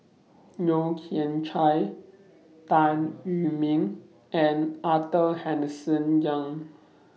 Yeo Kian Chye Tan Wu Meng and Arthur Henderson Young